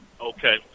Okay